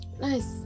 nice